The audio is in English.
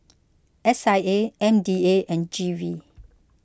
S I A M D A and G V